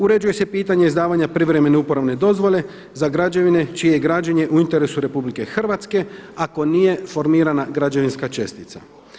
Uređuje se pitanje izdavanja privremene uporabne dozvole za građevine čije je građenje u interesu RH ako nije formirana građevinska cestica.